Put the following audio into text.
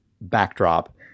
backdrop